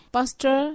Pastor